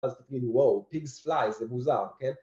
וואו, פיגס פליי, זה מוזר, כן?